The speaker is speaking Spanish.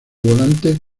volantes